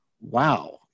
wow